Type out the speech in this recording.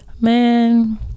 man